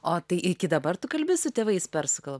o tai iki dabar tu kalbi su tėvais persų kalb